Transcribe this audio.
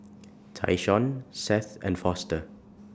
Tyshawn Seth and Foster